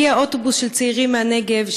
הגיע אוטובוס של צעירים מהנגב,